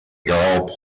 girl